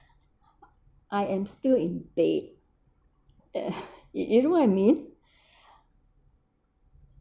I am still in bed uh you you know what I mean